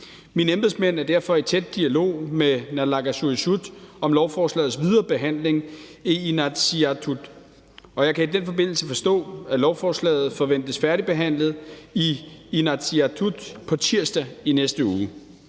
Mine embedsmænd er derfor i tæt dialog med naalakkersuisut om lovforslagets videre behandling i Inatsisartut, og jeg kan i den forbindelse forstå, at lovforslaget forventes færdigbehandlet i Inatsisartut på tirsdag i næste uge.